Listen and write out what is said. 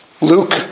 Luke